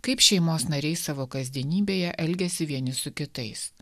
kaip šeimos nariai savo kasdienybėje elgiasi vieni su kitais